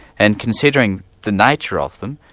and considering the nature of them,